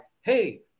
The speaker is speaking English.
hey